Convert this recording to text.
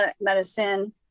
medicine